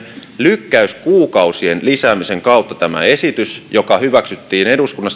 lykkäyskuukausien lisäämisen kautta tämä esitys joka on